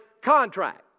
contract